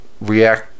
react